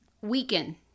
weaken